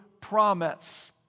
promise